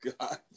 God